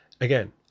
again